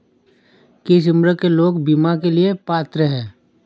किस उम्र के लोग बीमा के लिए पात्र हैं?